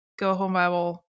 gohomebible